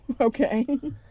Okay